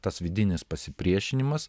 tas vidinis pasipriešinimas